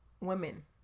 women